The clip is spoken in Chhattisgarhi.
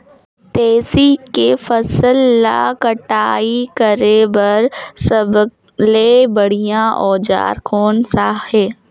तेसी के फसल ला कटाई करे बार सबले बढ़िया औजार कोन सा हे?